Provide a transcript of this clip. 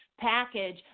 package